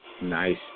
Nice